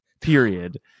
period